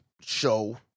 show